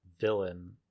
villain